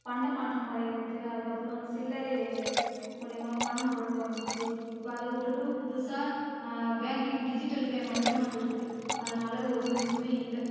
பண்டமாற்று முறை இருந்தது அதுக்கு அப்றம் சில்லறை மூலமாக பணம் புழக்கம் வந்துச்சு இப்போ அதை விட்டுட்டு புதுசாக பேங்கிங் டிஜிட்டல் பேமெண்ட்டுன்னு வந்து இருக்குது அதனால் ஒரு யூஸுமே இல்லை